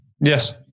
Yes